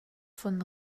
von